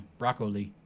broccoli